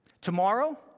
Tomorrow